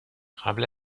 قبل